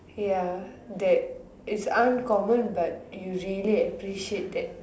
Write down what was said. ya that is uncommon but you really appreciate that